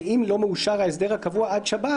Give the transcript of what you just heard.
ואם לא מאושר ההסדר הקבוע עד שבת,